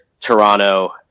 Toronto